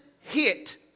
hit